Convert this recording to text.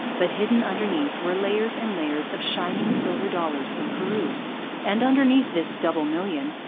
but hidden underneath were layers and layers of shining silver dollars from peru and, underneath this double million,